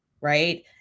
right